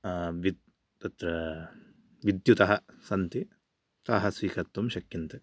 विद् तत् विद्युतः सन्ति ताः स्वीकर्तुं शक्यन्ते